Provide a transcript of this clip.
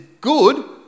Good